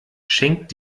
schenkt